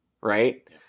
right